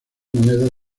monedas